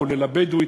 כולל הבדואית,